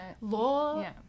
law